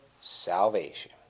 salvation